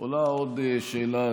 עולה עוד שאלה,